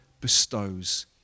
bestows